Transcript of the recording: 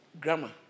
grammar